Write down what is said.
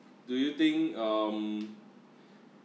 do you think um